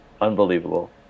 unbelievable